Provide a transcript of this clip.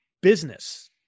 Business